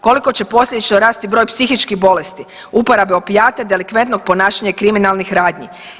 Koliko će posljedično rasti broj psihičkih bolesti, uporabe opijata i delikventnog ponašanja i kriminalnih radnji?